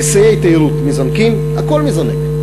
היסעי תיירות מזנקים, הכול מזנק.